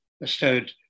bestowed